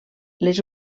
les